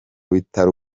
bitaro